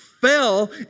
fell